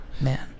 Man